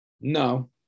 No